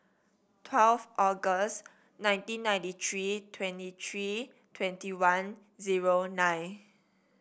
twelve August nineteen ninety three twenty three twenty one zero nine